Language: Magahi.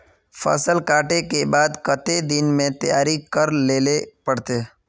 फसल कांटे के बाद कते दिन में तैयारी कर लेले पड़ते?